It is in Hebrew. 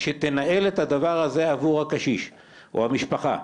שתנהל את הדבר הזה, עבור הקשיש, או המשפחה.